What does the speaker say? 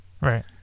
Right